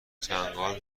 چنگال